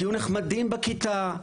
תהיו נחמדים בכיתה,